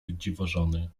dziwożony